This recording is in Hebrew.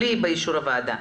העברנו בלי "באישור הוועדה".